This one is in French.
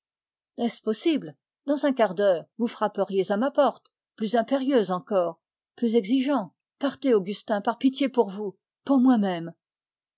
dans un quart d'heure vous frapperez à ma porte plus impérieux encore plus exigeant partez augustin par pitié pour vous pour moi-même